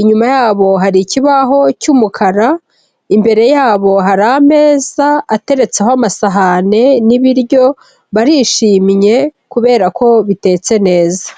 inyuma yabo hari ikibaho cy'umukara, imbere yabo hari ameza ateretseho amasahani n'ibiryo, barishimye kubera ko bitetse neza.